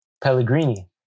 Pellegrini